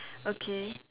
okay